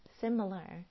similar